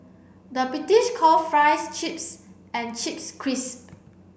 the British call fries chips and chips crisp